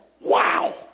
wow